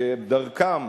דרכם,